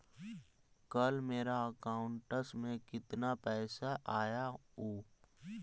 कल मेरा अकाउंटस में कितना पैसा आया ऊ?